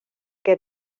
que